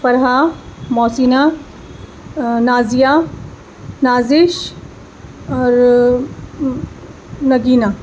فرحہ محسنہ نازیہ نازش اور نگینہ